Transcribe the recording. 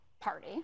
Party